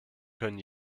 können